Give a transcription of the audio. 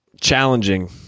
challenging